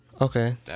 Okay